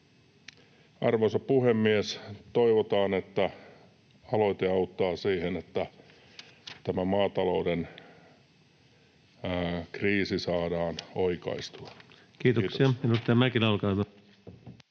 Arvoisa puhemies! Toivotaan, että aloite auttaa siihen, että tämä maatalouden kriisi saadaan oikaistua. — Kiitos.